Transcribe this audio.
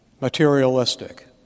materialistic